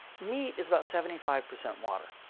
meat is about seventy five percent water.